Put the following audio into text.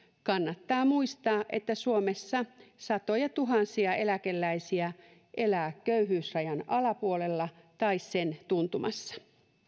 kannattaa muistaa että suomessa satojatuhansia eläkeläisiä elää köyhyysrajan alapuolella tai sen tuntumassa